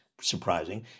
surprising